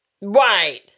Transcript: Right